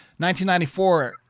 1994